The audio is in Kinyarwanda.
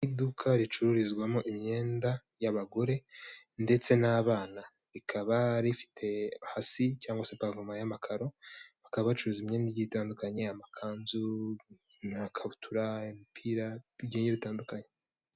Iduka ricururizwamo imyenda y'abagore ndetse n'abana rikaba rifite hasi cyangwa se pavoma y'amakaro. Bakaba bacuruza imyendagi itandukanye amakanzu n'amakabutura, imipira bigiye bitandukanye.